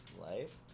life